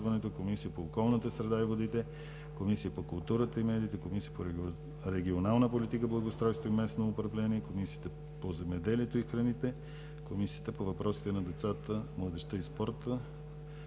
Комисията по околната среда и водите, Комисията по културата и медиите, Комисията по регионална политика, благоустройство и местно самоуправление, Комисията по земеделието и храните, Комисията по въпросите на децата, младежта и спорта.